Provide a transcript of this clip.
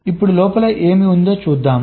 ఇప్పుడు లోపల ఏమి ఉందో చూద్దాం